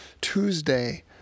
Tuesday